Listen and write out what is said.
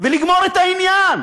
ולגמור את העניין.